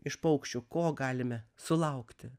iš paukščių ko galime sulaukti